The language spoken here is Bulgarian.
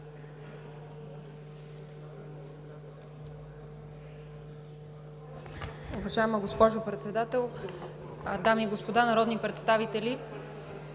Добре,